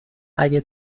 اگه